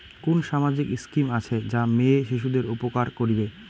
কুন সামাজিক স্কিম আছে যা মেয়ে শিশুদের উপকার করিবে?